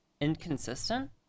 inconsistent